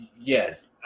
yes